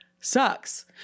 sucks